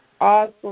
awesome